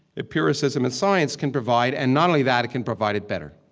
empiricism and science can provide, and not only that, it can provide it better